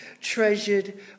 treasured